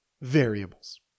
variables